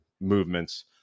movements